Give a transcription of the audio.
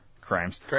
crimes